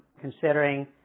considering